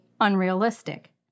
unrealistic